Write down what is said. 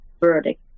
verdict